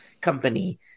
company